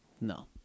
no